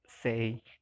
say